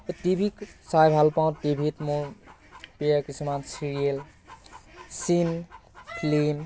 T V চাই ভাল পাওঁ টিভিত মোৰ প্ৰিয় কিছুমান চিৰিয়েল চিন ফিল্ম